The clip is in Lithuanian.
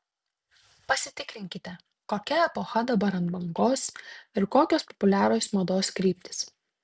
pasitikrinkite kokia epocha dabar ant bangos ir kokios populiarios mados kryptys